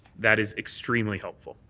that is extremely helpful.